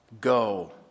Go